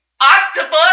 octopus